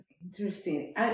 Interesting